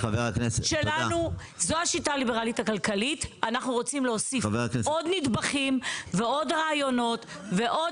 אנחנו רוצים להוסיף עוד נדבכים ועוד רעיונות ועוד